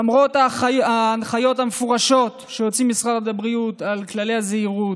למרות ההנחיות המפורשות שהוציא משרד הבריאות על כללי הזהירות,